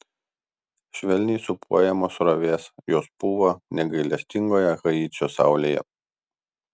švelniai sūpuojamos srovės jos pūva negailestingoje haičio saulėje